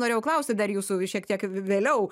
norėjau klausti dar jūsų šiek tiek v vėliau